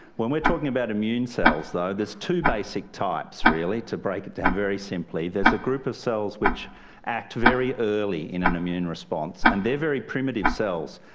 when we're talking about immune cells, though, there's two basic types, really. to break it down very simply, there's a group of cells which act very early in an immune response, and they're very primitive cells.